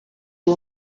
uwo